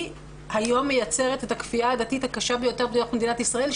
היא היום מייצרת את הכפייה הדתית הקשה ביותר בתוך מדינת ישראל,